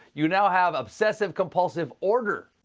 you now have obsessive compulsive order.